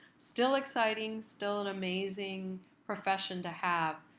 still exciting, still an amazing profession to have,